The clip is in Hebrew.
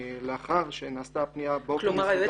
ולאחר שנעשתה הפנייה באופן מסודר --- כלומר היועץ